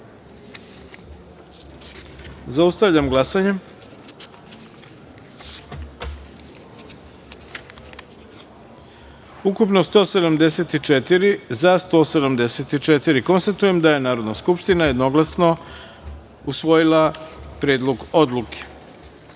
taster. Zaustavljam glasanje: ukupno – 174, za – 174.Konstatujem da je Narodna skupština jednoglasno usvojila Predlog odluke. Pre